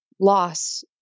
loss